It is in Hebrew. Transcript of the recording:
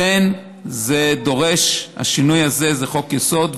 לכן השינוי הזה זה חוק-יסוד,